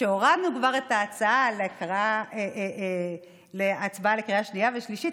כשהורדנו את ההצעה להצבעה לקריאה שנייה ושלישית,